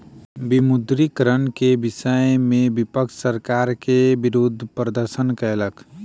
विमुद्रीकरण के विषय में विपक्ष सरकार के विरुद्ध प्रदर्शन कयलक